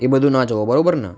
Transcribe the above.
એ બધું ન જોઈએ બરાબર ને